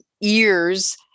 ears